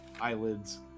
eyelids